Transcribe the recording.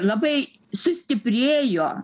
labai sustiprėjo